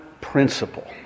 principle